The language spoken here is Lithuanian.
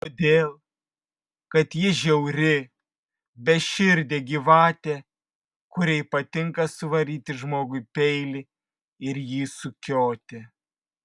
todėl kad ji žiauri beširdė gyvatė kuriai patinka suvaryti žmogui peilį ir jį sukioti